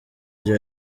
rya